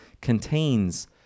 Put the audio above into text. contains